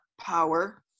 power